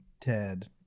Ted